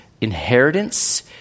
inheritance